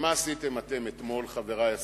ומה עשיתם אתם אתמול, חברי השרים?